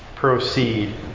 Proceed